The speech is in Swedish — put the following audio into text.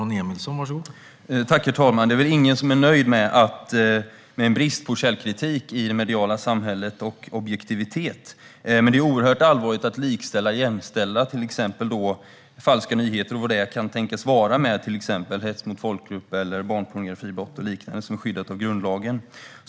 Herr talman! Det är väl ingen som är nöjd med en brist på källkritik och objektivitet i det mediala samhället. Men det är oerhört allvarligt att likställa eller jämställa till exempel falska nyheter och vad det kan tänkas vara med exempelvis hets mot folkgrupp, barnpornografibrott och liknande. Där finns ett skydd i grundlagen.